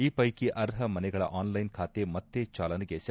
ಈ ಪೈಕಿ ಅರ್ಹ ಮನೆಗಳ ಆನ್ಲೈನ್ ಖಾತೆ ಮತ್ತೆ ಜಾಲನೆಗೆ ಸೆ